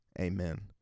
Amen